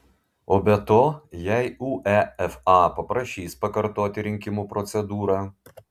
o be to jei uefa paprašys pakartoti rinkimų procedūrą